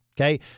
Okay